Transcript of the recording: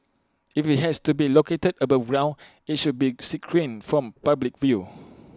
if IT has to be located above ground IT should be screened from public view